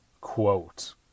quote